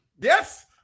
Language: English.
Yes